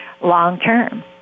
long-term